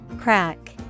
Crack